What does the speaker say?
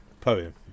poem